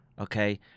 okay